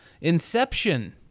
inception